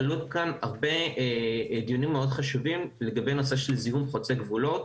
עולים כאן הרבה דיונים חשובים לגבי נושא של זיהום חוצה גבולות,